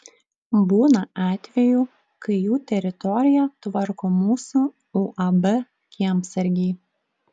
būna atvejų kai jų teritoriją tvarko mūsų uab kiemsargiai